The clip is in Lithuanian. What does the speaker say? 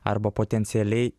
arba potencialiai